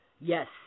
Yes